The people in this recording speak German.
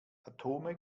atome